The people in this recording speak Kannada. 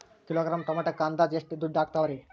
ಕಿಲೋಗ್ರಾಂ ಟೊಮೆಟೊಕ್ಕ ಅಂದಾಜ್ ಎಷ್ಟ ದುಡ್ಡ ಅಗತವರಿ?